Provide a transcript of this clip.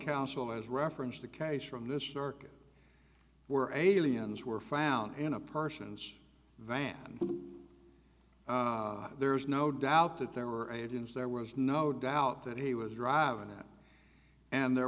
counsel has referenced the case from this york were aliens were found in a person's van there is no doubt that there were agents there was no doubt that he was driving and there